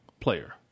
player